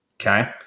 Okay